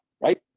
right